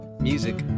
Music